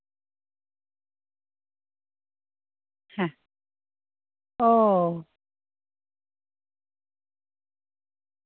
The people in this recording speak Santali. ᱦᱮᱸ ᱚ